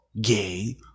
gay